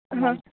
ਹਾਂ